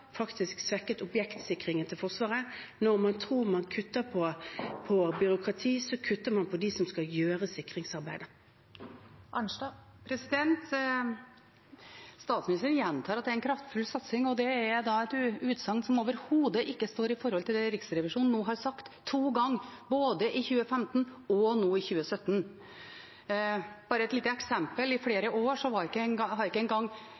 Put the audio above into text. svekket objektsikringen til Forsvaret. Når man tror man kutter i byråkrati, kutter man for dem som skal gjøre sikringsarbeidet. Marit Arnstad – til oppfølgingsspørsmål. Statsministeren gjentar at det er en kraftfull satsing, og det er et utsagn som overhodet ikke står i forhold til det Riksrevisjonen har sagt to ganger, både i 2015 og i 2017. Bare et lite eksempel: I flere år har objektsikring ikke engang